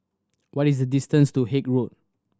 what is the distance to Haig Road